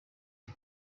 ibi